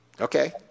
Okay